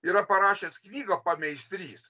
yra parašęs knygą pameistrys